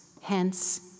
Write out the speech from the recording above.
hence